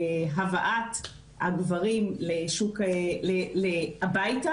בהבאת הגברים הביתה,